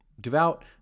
Devout